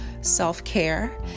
self-care